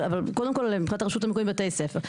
אבל קודם כל מבחינת הרשות המקומית בתי ספר.